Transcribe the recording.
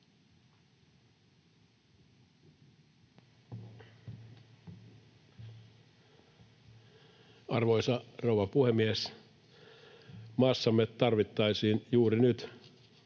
Arvoisa rouva puhemies! Maassamme tarvittaisiin juuri nyt